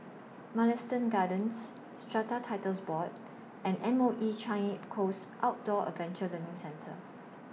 Mugliston Gardens Strata Titles Board and M O E Changi Coast Outdoor Adventure Learning Centre